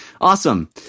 Awesome